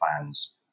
fans